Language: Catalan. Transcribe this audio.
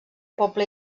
poble